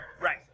Right